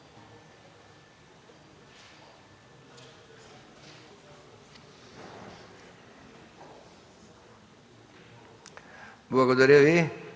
Благодаря Ви,